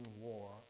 war